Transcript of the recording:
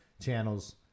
channels